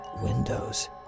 windows